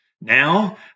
Now